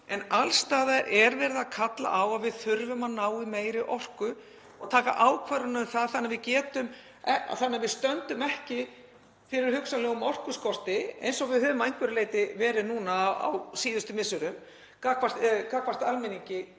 en alls staðar er verið að kalla á að við þurfum að ná í meiri orku og taka ákvarðanir um það þannig að við stöndum ekki frammi fyrir hugsanlegum orkuskorti, eins og við höfum gert að einhverju leyti á síðustu misserum, gagnvart almenningi